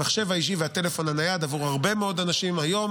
המחשב האישי והטלפון הנייד עבור הרבה מאוד אנשים היום